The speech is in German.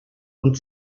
und